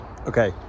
Okay